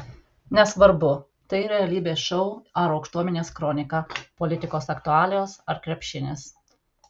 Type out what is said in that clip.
nesvarbu tai realybės šou ar aukštuomenės kronika politikos aktualijos ar krepšinis